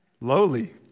lowly